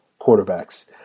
quarterbacks